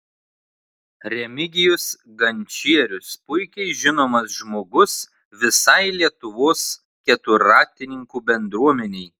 remigijus gančierius puikiai žinomas žmogus visai lietuvos keturratininkų bendruomenei